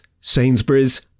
Sainsbury's